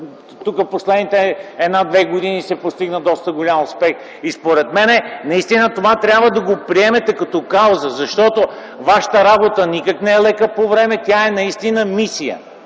В последните една-две години се постигна доста голям успех. И според мен наистина трябва да приемете това като кауза. Защото Вашата работа никак не е лека по време. Тя е наистина мисия.